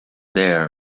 there